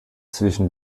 zwischen